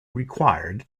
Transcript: required